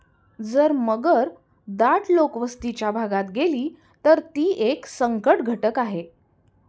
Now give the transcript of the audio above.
जर मगर दाट लोकवस्तीच्या भागात गेली, तर ती एक संकटघटक आहे